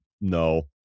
No